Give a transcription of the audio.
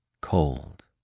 cold